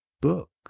book